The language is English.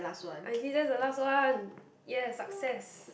I see that's the last one ya success